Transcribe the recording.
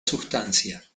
sustancia